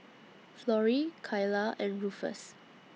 Florie Kylah and Rufus